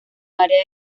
área